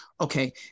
Okay